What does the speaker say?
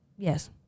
Yes